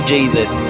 Jesus